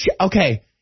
okay